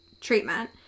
treatment